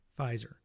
Pfizer